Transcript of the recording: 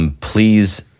Please